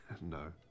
No